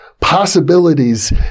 possibilities